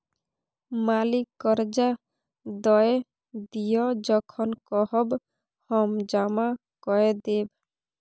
मालिक करजा दए दिअ जखन कहब हम जमा कए देब